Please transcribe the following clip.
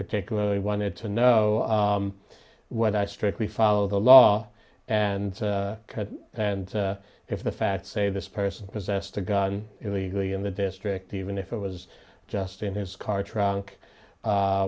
particularly wanted to know what i strictly follow the law and and if the facts say this person possessed a gun illegally in the district even if it was just in his car trunk